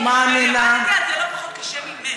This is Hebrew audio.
אני עבדתי על זה לא פחות קשה ממך,